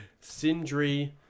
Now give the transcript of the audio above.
Sindri